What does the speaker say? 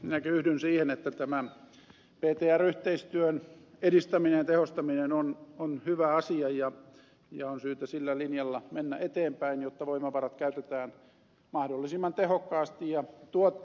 minäkin yhdyn siihen että tämä ptr yhteistyön edistäminen ja tehostaminen on hyvä asia ja on syytä sillä linjalla mennä eteenpäin jotta voimavarat käytetään mahdollisimman tehokkaasti ja tuottavasti